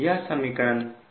यह समीकरण है